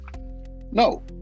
no